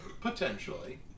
Potentially